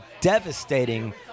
devastating